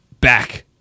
back